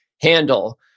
handle